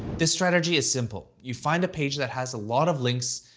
this strategy is simple. you find a page that has a lot of links,